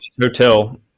Hotel